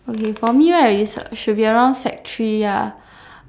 okay for me right is should be around sec three ya